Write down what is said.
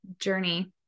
journey